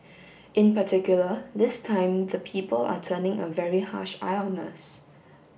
in particular this time the people are turning a very harsh eye on us